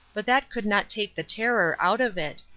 but that could not take the terror out of it,